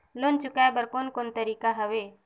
Loan चुकाए बर कोन कोन तरीका हवे?